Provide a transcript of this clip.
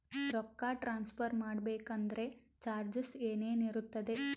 ರೊಕ್ಕ ಟ್ರಾನ್ಸ್ಫರ್ ಮಾಡಬೇಕೆಂದರೆ ಚಾರ್ಜಸ್ ಏನೇನಿರುತ್ತದೆ?